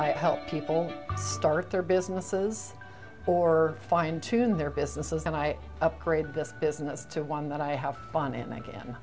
e help people start their businesses or fine tune their businesses and i upgraded this business to one that i have fun and